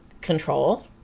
control